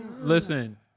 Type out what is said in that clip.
Listen